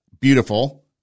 beautiful